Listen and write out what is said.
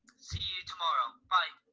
see you tomorrow. bye!